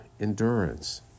endurance